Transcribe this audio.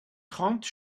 trente